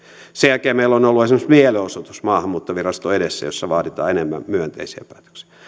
sen jälkeen meillä on ollut esimerkiksi mielenosoitus maahanmuuttoviraston edessä jossa vaadittiin enemmän myönteisiä päätöksiä